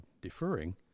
deferring